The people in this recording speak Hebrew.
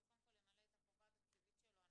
שקודם כל ימלא את החובה התקציבית שלו.